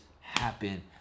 Happen